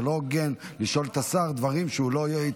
זה לא הוגן לשאול את השר דברים שהוא לא התכונן.